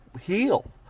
heal